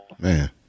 Man